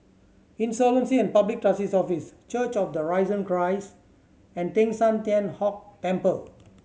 Insolvency and Public Trustee's Office Church of the Risen Christ and Teng San Tian Hock Temple